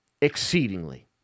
exceedingly